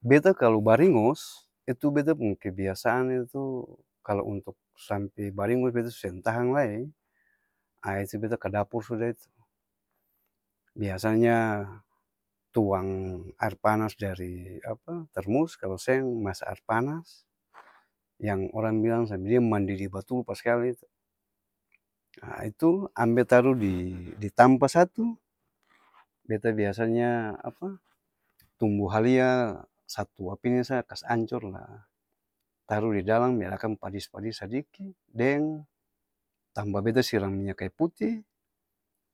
Beta kalo baringos itu beta pung ke biasaan itu tu, kalo untuk sampe baringos beta su seng tahang laee aa itu beta ka dapur suda itu, biasa nya tuang aer panas dari apa? Termus kalo seng, masa aer panas, yang orang bilang sampe dia mandidi batul paskali tu, ha itu ambe taru di di-tampa satu, beta biasa nya apa? Tumbu halia satu apa ini sa kas ancor la taro di dalam biar akang padis-padis sadiki deng, tamba beta siram minya kayu puti,